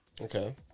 Okay